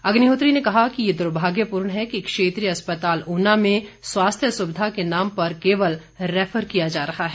अग्निहोत्री ने कहा कि ये दुर्भाग्यपूर्ण है कि क्षेत्रीय अस्पताल ऊना में स्वास्थ्य सुविधा के नाम पर केवल रैफर किया जा रहा है